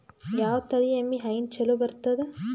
ಯಾವ ತಳಿ ಎಮ್ಮಿ ಹೈನ ಚಲೋ ಬರ್ತದ?